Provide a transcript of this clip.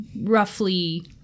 roughly